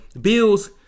Bills